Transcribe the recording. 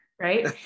right